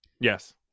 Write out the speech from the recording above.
Yes